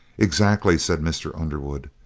exactly, said mr. underwood.